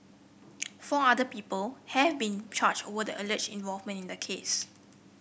four other people have been charged over the alleged involvement in the case